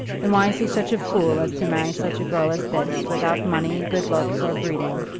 then why is he such a fool as to marry such a girl as this, without money, good looks, or breeding?